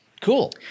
Cool